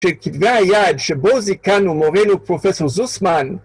שכתבי היד שבו זיכנו מורנו, פרופסור זוסמן